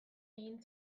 egin